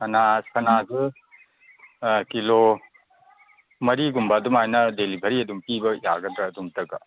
ꯁꯅꯥꯁꯨ kilo ꯃꯔꯤꯒꯨꯝꯕ ꯑꯗꯨꯃꯥꯏꯅ delivery ꯑꯗꯨꯝ ꯄꯤꯕ ꯌꯥꯒꯗ꯭ꯔꯥ ꯑꯗꯨꯝꯇꯒ